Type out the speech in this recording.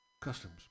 customs